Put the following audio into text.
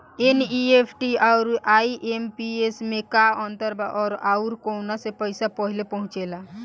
NEFT आउर IMPS मे का अंतर बा और आउर कौना से पैसा पहिले पहुंचेला?